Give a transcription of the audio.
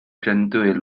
针对